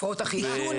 הפרעות אכילה.